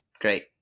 Great